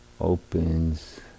opens